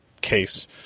case